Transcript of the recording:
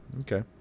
Okay